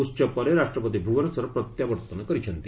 ଉତ୍ସବପରେ ରାଷ୍ଟ୍ରପତି ଭୁବନେଶ୍ୱର ପ୍ରତ୍ୟାବର୍ତ୍ତନ କରିଛନ୍ତି